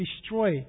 destroy